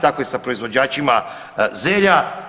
Tako je i sa proizvođačima zelja.